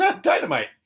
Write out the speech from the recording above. dynamite